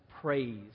praise